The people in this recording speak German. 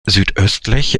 südöstlich